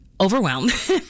Overwhelmed